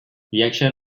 reaction